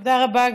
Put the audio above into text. תודה רבה.